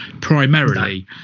primarily